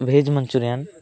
veg manchurian